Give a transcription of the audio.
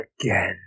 again